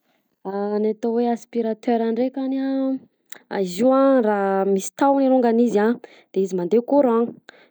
Ny atao hoe aspirateur ndrekany a izy io a raha misy tahony longany izy a de izy mandeha courant